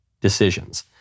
decisions